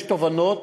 יש תובנות,